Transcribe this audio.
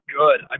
good